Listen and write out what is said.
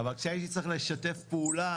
אבל כשהייתי צריך לשתף פעולה,